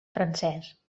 francès